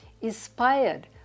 inspired